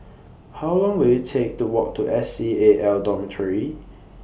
How Long Will IT Take to Walk to S C A L Dormitory